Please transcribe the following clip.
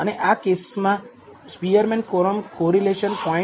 અને આ ખાસ કેસમાં સ્પીઅરમેન ક્રમ કોરિલેશન 0